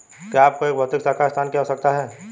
क्या आपको एक भौतिक शाखा स्थान की आवश्यकता है?